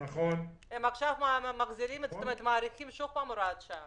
הם עכשיו מאריכים שוב הוראת שעה.